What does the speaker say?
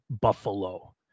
Buffalo